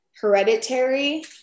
hereditary